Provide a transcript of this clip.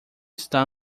está